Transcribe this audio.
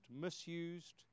misused